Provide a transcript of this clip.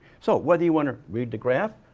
so, whether you want to read the graph,